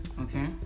okay